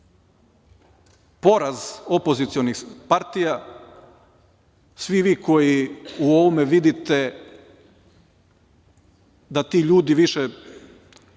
poraz opozicionih partija, svi vi koji u ovome vidite da ti ljudi više